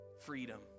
freedom